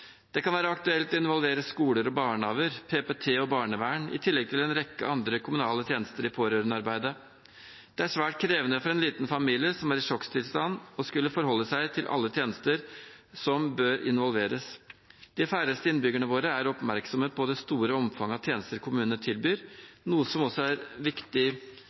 Det kan være aktuelt å involvere skoler, barnehager, PPT og barnevern i tillegg til en rekke andre kommunale tjenester i pårørendearbeidet. Det er svært krevende for en liten familie som er i sjokktilstand, å skulle forholde seg til alle tjenester som bør involveres. De færreste innbyggerne våre er oppmerksomme på det store omfanget av tjenester kommunene tilbyr, noe som også er et viktig